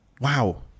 Wow